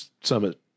Summit